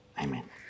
Amen